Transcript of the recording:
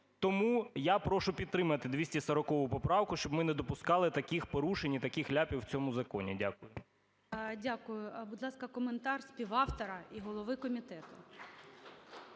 Тому я прошу підтримати 240 поправку, щоб ми не допускали таких порушень і таких ляпів в цьому законі. Дякую. ГОЛОВУЮЧИЙ. Дякую. Будь ласка, коментар співавтора і голови комітету.